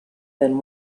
than